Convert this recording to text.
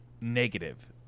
negative